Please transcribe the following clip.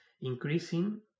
increasing